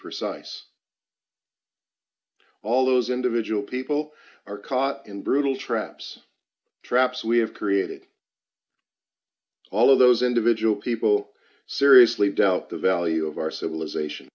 precise all those individual people are caught in brutal traps traps we have created all of those individual people seriously doubt the value of our civilization